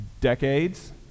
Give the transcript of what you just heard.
decades